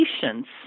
patients